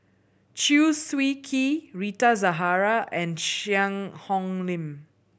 Chew Swee Kee Rita Zahara and Cheang Hong Lim